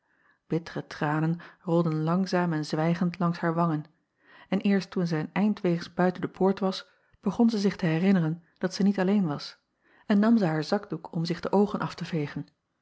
bittere tranen rolden langzaam en zwijgend langs haar wangen en eerst toen zij een eind weegs buiten de poort was begon zij zich te herinneren dat zij niet alleen was en nam zij haar zakdoek om zich de oogen af te veegen